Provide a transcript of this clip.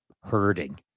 hurting